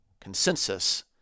consensus